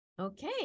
Okay